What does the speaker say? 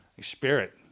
Spirit